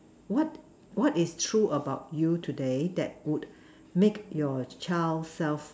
what what is true about you today that would make your child self